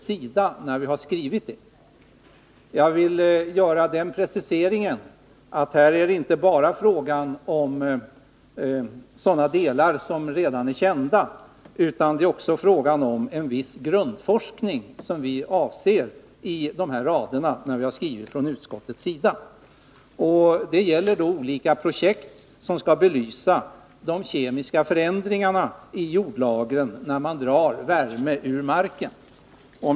Jag vill göra den preciseringen att här är det inte fråga bara om sådana delar som redan är kända, utan också om en viss grundforskning. Det gäller olika projekt som skall belysa de kemiska förändringarna i jordlagren när man drar värme ur marken.